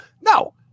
no